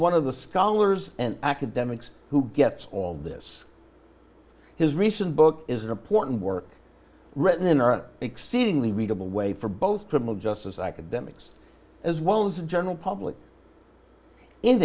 one of the scholars and academics who gets all of this his recent book is an important work written in our exceedingly readable way for both criminal justice academics as well as the general public i